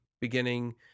beginning